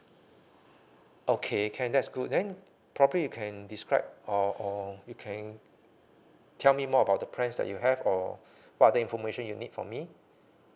okay can that's good then probably you can describe or or you can tell me more about the price that you have or what are the information you need from me